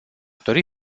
dori